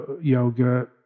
yoga